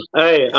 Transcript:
hey